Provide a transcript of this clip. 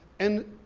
and,